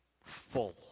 full